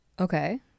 okay